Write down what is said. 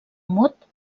mot